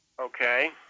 Okay